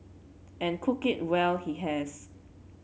and cook it well he has